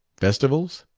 festivals?